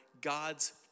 God's